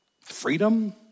Freedom